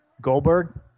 Goldberg